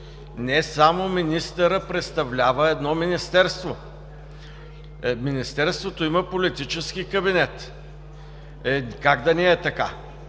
не само министърът представлява едно министерство. Министерството има политически кабинет (Реплика